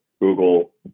Google